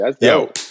Yo